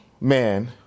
man